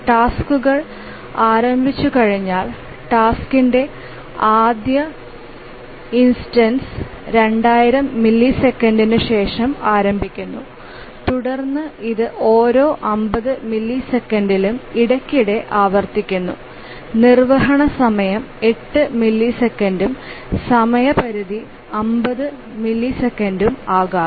ടാസ്ക്കുകൾ ആരംഭിച്ചുകഴിഞ്ഞാൽ ടാസ്ക്കിന്റെ ആദ്യ ഇൻസ്റ്റൻസ് 2000 മില്ലിസെക്കൻഡിനുശേഷം ആരംഭിക്കുന്നു തുടർന്ന് ഇത് ഓരോ 50 മില്ലിസെക്കൻഡിലും ഇടയ്ക്കിടെ ആവർത്തിക്കുന്നു നിർവ്വഹണ സമയം 8 മില്ലിസെക്കൻഡും സമയപരിധി 50 മില്ലിസെക്കൻഡും ആകാം